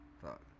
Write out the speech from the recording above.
Fuck